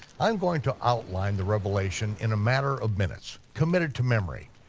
i'm going to outline the revelation in a matter of minutes, commit it to memory,